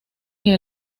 que